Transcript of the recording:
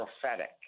prophetic